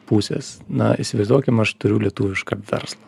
pusės na įsivaizduokim aš turiu lietuvišką verslą